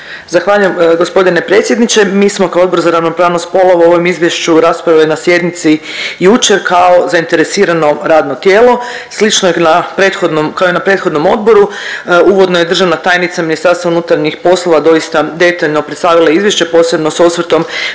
Zahvaljujem gospodine predsjedniče. Mi smo kao Odbor za ravnopravnost spolova o ovom izvješću raspravljali na sjednici jučer kao zainteresirano radno tijelo. Slično na preth… kao i na prethodnom odboru uvodno je državna tajnica MUP-a doista detaljno predstavila izvješće posebno s osvrtom